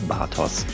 Bartos